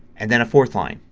and then a fourth line.